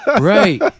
Right